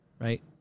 right